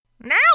Now